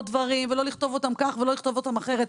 דברים ולא לכתוב אותם כך ולא לכתוב אותם אחרת.